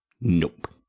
Nope